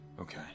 Okay